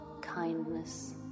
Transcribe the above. kindness